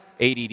ADD